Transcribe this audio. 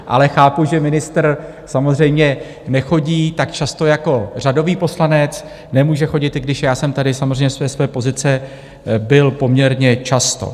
Ale chápu, že ministr samozřejmě nechodí tak často jako řadový poslanec, nemůže chodit, i když já jsem tady samozřejmě ze své pozice byl poměrně často.